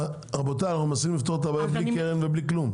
אנחנו מנסים לפתור את הבעיה בלי קרן ובלי כלום.